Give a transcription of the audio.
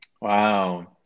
Wow